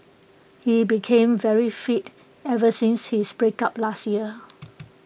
he became very fit ever since his breakup last year